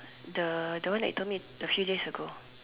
the the one that you told me a few days ago